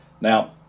Now